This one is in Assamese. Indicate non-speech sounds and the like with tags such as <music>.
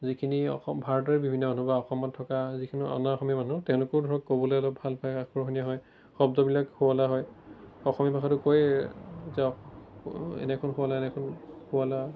যিখিনি অসম ভাৰতৰে বিভিন্ন মানুহ বা অসমত থকা যিখিনি অনা অসমীয়া মানুহ তেওঁলোকেও ধৰক ক'বলৈও অলপ ভাল পাই আকৰ্ষণীয় হয় শব্দবিলাক শুৱলা হয় অসমীয়া ভাষাটো কৈয়ে <unintelligible> এনেখন শুৱলা এনেখন সুফলা